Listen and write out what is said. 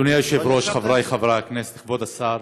אדוני היושב-ראש, חברי חברי הכנסת, כבוד השר,